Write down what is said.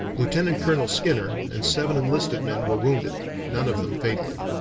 lieutenant-colonel skinner and seven enlisted men were wounded none of them fatally.